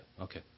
Okay